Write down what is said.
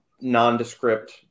nondescript